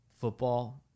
football